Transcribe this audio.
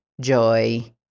joy